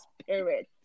spirit